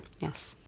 Yes